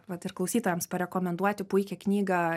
vat ir klausytojams parekomenduoti puikią knygą